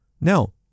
No